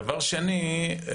דבר שני,